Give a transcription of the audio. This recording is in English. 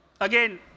again